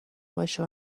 باشه